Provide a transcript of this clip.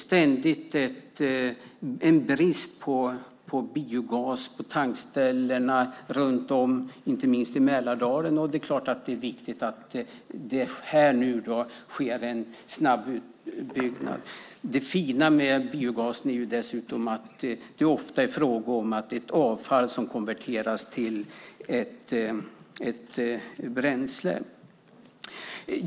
Det råder en ständig brist på biogas på tankställena runt om i landet, inte minst i Mälardalen. Det är viktigt att det sker en snabb utbyggnad. Det fina med biogasen är dessutom att det ofta är fråga om avfall som konverteras till bränsle.